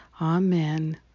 Amen